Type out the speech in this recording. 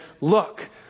Look